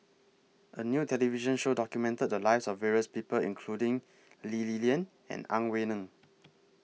A New television Show documented The Lives of various People including Lee Li Lian and Ang Wei Neng